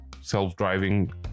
self-driving